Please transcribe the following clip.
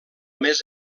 més